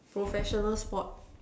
professional sport